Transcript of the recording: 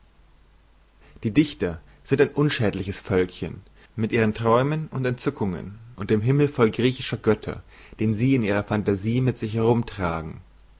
die dichter sind ein unschädliches völkchen mit ihren träumen und entzückungen und dem himmel voll griechischer götter den sie in ihrer phantasie mit sich